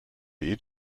eat